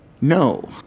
No